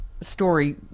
story